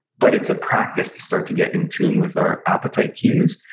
but it's a practice, to start to get in tune with our appetite cues,